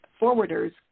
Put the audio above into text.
Forwarders